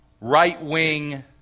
right-wing